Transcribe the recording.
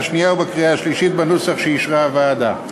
שנייה ובקריאה שלישית בנוסח שאישרה הוועדה.